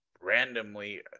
randomly